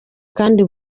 kandi